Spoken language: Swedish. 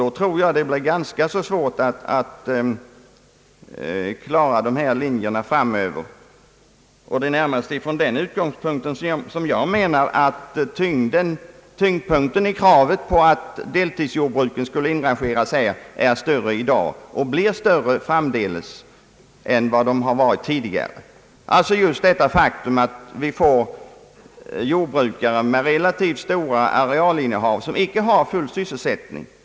Då blir det ganska svårt att klara dessa linjer framöver. Det är närmast från denna utgångspunkt som jag anser att tyngden i kravet på att deltidsjordbruk skulle inrangeras här är större i dag och blir större framdeles än tidigare, just på grund av det faktum att vi kommer att få jordbrukare med relativt stora arealinnehav som icke har full sysselsättning på gården.